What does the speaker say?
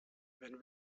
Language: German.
wenn